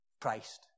Christ